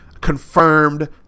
confirmed